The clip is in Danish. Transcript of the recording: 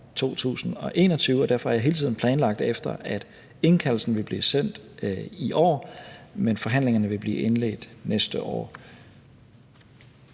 2021, og derfor har jeg hele tiden planlagt efter, at indkaldelsen vil blive sendt i år, men at forhandlingerne vil blive indledt næste år.